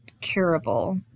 curable